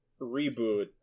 Reboot